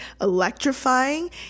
electrifying